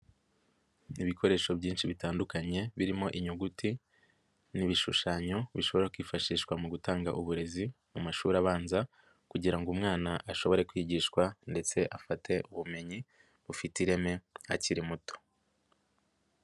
Ibikoresho byinshi bitandukanye birimo inyuguti, n'ibishushanyo bishobora kwifashishwa mu gutanga uburezi mu mashuri abanza kugira ngo umwana ashobore kwigishwa ndetse afate ubumenyi bufite ireme akiri muto.